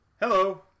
Hello